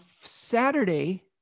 Saturday